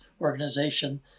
organization